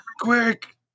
Quick